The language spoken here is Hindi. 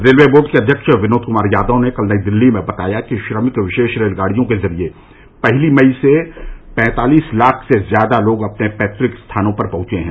रेलवे बोर्ड के अध्यक्ष विनोद कुमार यादव ने कल नई दिल्ली में बताया कि श्रमिक विशेष रेलगाडियों के जरिये पहली मई से पैंतालीस लाख से ज्यादा लोग अपने पैतृक स्थानों पर पहुंचे हैं